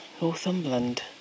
Northumberland